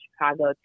Chicago